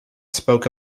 spoke